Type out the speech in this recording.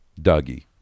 Dougie